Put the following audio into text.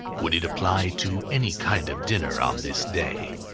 would it apply to any kind of dinner on this day?